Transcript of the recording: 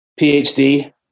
phd